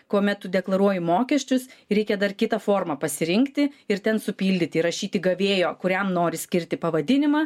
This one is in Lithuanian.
kuomet tu deklaruoji mokesčius reikia dar kitą formą pasirinkti ir ten supildyti įrašyti gavėjo kuriam nori skirti pavadinimą